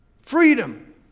freedom